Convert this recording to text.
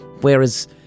Whereas